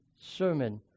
sermon